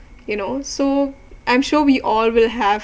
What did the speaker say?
you know so I'm sure we all will have